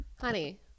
Honey